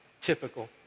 Typical